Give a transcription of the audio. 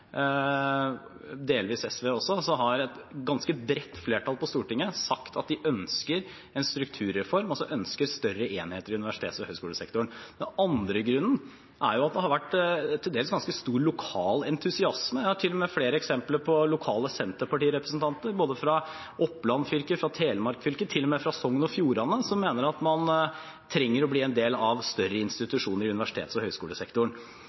delvis SV også, har sagt at de ønsker en strukturreform, altså ønsker større enheter i universitets- og høyskolesektoren. Den andre grunnen er at det har vært til dels ganske stor lokal entusiasme. Jeg har til og med flere eksempler på lokale senterpartirepresentanter både fra Oppland fylke, fra Telemark fylke og til og med fra Sogn og Fjordane som mener at man trenger å bli en del av større institusjoner i universitets- og